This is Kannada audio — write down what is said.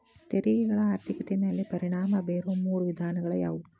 ತೆರಿಗೆಗಳ ಆರ್ಥಿಕತೆ ಮ್ಯಾಲೆ ಪರಿಣಾಮ ಬೇರೊ ಮೂರ ವಿಧಾನಗಳ ಯಾವು